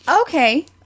Okay